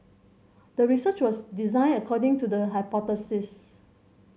the research was designed according to the hypothesis